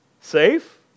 Safe